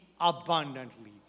abundantly